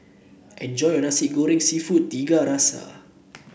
enjoy your nasi gooding seafood Tiga Rasa